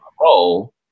role